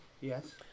Yes